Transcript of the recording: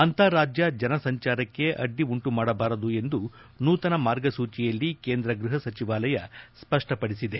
ಅಂತಾರಾಜ್ಯ ಜನರ ಸಂಚಾರಕ್ಕೆ ಅಡ್ಡಿ ಉಂಟು ಮಾಡಬಾರದು ಎಂದು ನೂತನ ಮಾರ್ಗಸೂಚಿಯಲ್ಲಿ ಕೇಂದ್ರ ಗೃಹ ಸಚಿವಾಲಯ ಸ್ವಷ್ಠಪಡಿಸಿದೆ